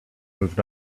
moved